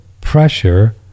pressure